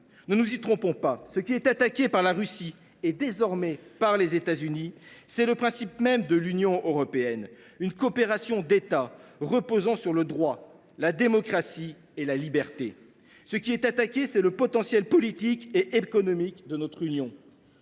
Ne nous y trompons pas : ce qui est attaqué par la Russie et, désormais, par les États Unis, c’est le principe même de l’Union européenne, à savoir une coopération entre États reposant sur le droit, la démocratie et la liberté. Ce qui est attaqué, c’est le potentiel politique et économique de l’Union.